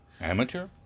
amateur